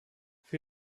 für